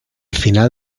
final